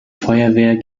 feuerwehr